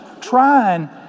trying